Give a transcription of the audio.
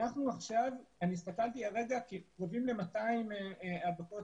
אני הסתכלתי הרגע אנחנו קרובים ל-200 הדבקות